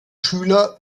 schüler